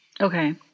Okay